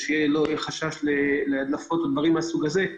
מחשש להדלפות ודברים מהסוג הזה.